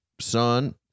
son